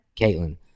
Caitlyn